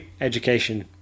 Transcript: education